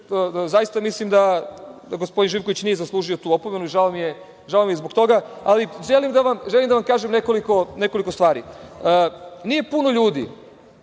zaista mislim da gospodin Živković nije zaslužio tu opomenu i žao mi je zbog toga. Ali, želim da vam kažem nekoliko stvari. Nije puno ljudi